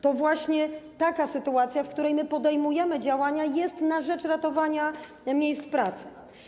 To jest właśnie taka sytuacja, w której my podejmujemy działania na rzecz ratowania miejsc pracy.